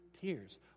tears